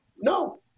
no